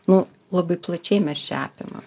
nu labai plačiai mes čia apimam